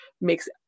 makes